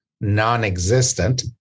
non-existent